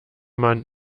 mann